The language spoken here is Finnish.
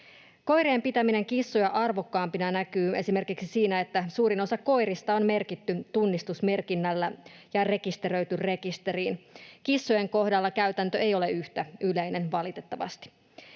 Koirien pitäminen kissoja arvokkaampina näkyy esimerkiksi siinä, että suurin osa koirista on merkitty tunnistusmerkinnällä ja rekisteröity rekisteriin. Kissojen kohdalla käytäntö ei ole yhtä yleinen, valitettavasti.